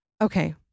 Okay